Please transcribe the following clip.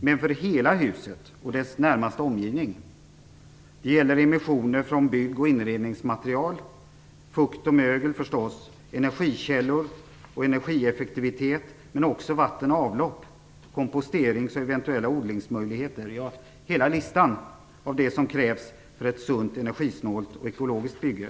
utan också för hela huset och dess närmaste omgivning. Det gäller emissioner från bygg och inredningmaterial, fukt och mögel, energikällor och energieffektivitet, men också vatten och avlopp, komposterings och eventuella odlingsmöjligheter. Det gäller hela listan av det som krävs för ett sunt, energisnålt och ekologiskt bygge.